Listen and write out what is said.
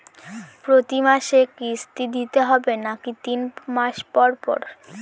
প্রতিমাসে কিস্তি দিতে হবে নাকি তিন মাস পর পর?